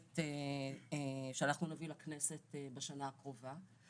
שאנחנו נביא לכנסת בשנה הקרובה.